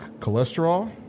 cholesterol